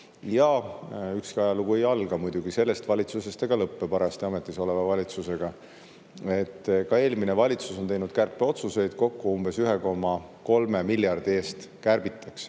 Ja ükski ajalugu ei alga muidugi sellest valitsusest ega lõpe parajasti ametis oleva valitsusega. Ka eelmine valitsus tegi kärpeotsuseid. Kokku umbes 1,3 miljardi eest kärbitakse.